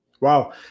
Wow